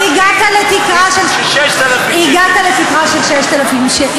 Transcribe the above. אז הגעת לתקרה של 6,000 שקל.